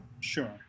Sure